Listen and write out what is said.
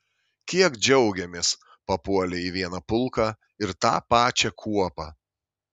kiek džiaugėmės papuolę į vieną pulką ir tą pačią kuopą